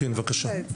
כן, בבקשה.